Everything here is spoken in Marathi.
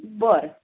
बरं